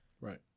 Right